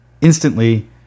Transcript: instantly